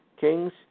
Kings